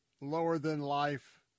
lower-than-life